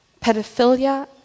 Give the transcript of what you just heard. pedophilia